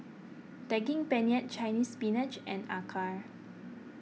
Daging Penyet Chinese Spinach and Acar